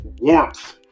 warmth